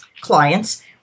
clients